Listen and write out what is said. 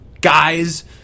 guys